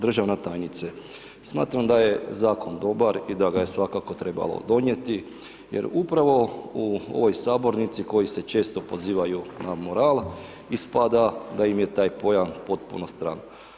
Državna tajnice, smatram da je zakon dobar i da ga je svakako trebalo donijeti jer upravo u ovoj sabornici koji se često pozivaju na moral ispada da im je taj pojam potpuno stran.